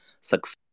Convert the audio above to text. Success